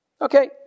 Okay